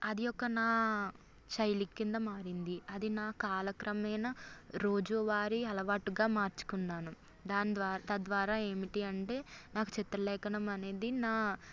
అది ఒక నా శైలికి కింద మారింది అది నా కాలక్రమేణా రోజువారి అలవాటుగా మార్చుకున్నాను దాని ద్వారా తద్వారా ఏమిటి అంటే నాకు చిత్రలేఖనం అనేది నా